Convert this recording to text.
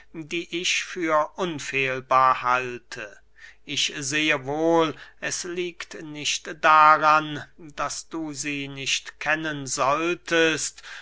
die ich für unfehlbar halte ich sehe wohl es liegt nicht daran daß du sie nicht kennen solltest